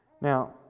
Now